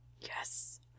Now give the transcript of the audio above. Yes